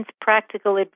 practical